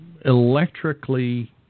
electrically